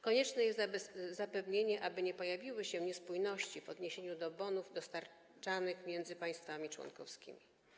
Konieczne jest zapewnienie, aby nie pojawiły się niespójności w odniesieniu do bonów dostarczanych między państwami członkowskimi.